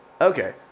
okay